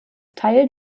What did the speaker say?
teil